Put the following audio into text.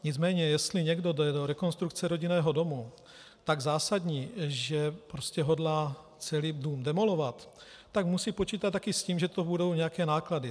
Nicméně jestli někdo jde do rekonstrukce rodinného domu tak zásadně, že hodlá celý dům demolovat, tak musí počítat také s tím, že tu budou nějaké náklady.